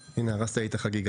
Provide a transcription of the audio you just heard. הנה, הרסת לי את החגיגה.